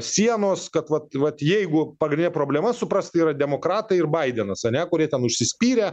sienos kad vat vat jeigu pagrindinė problema suprasti yra demokratai ir baidenas ane kurie ten užsispyrę